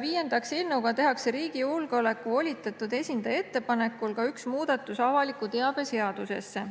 Viiendaks, eelnõuga tehakse riigi julgeoleku volitatud esindaja ettepanekul ka üks muudatus avaliku teabe seadusesse.